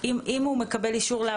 אבל זה לא מה שהוועדה מתבקשת לאשר,